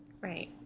Right